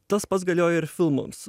tas pats galioja ir filmams